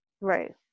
Right